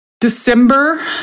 December